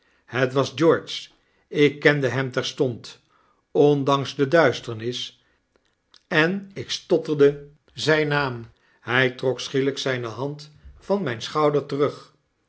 het was george ik kende hem terstond ondanks de duisternis en ik stotterde zijnnaam hij trok schielijk zijne hand van mijn schouder terug